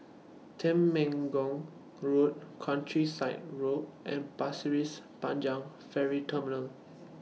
Temenggong Road Countryside Road and Pasir Panjang Ferry Terminal